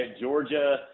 Georgia